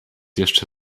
jeszcze